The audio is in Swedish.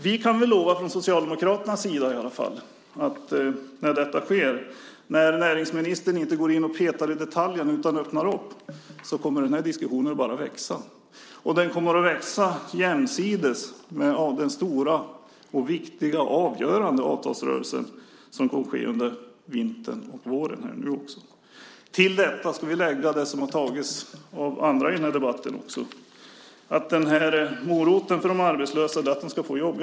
Vi kan i alla fall från Socialdemokraterna lova att när detta sker, när näringsministern inte går in och petar i detaljer utan öppnar upp, kommer den här diskussionen bara att växa. Den kommer att växa jämsides med den stora, viktiga och avgörande avtalsrörelse som kommer att ske nu under vintern och våren. Till detta ska vi lägga det som har tagits upp av andra i den här debatten, att moroten för de arbetslösa är att de ska få jobb.